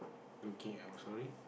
looking out sorry